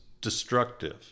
destructive